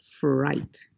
fright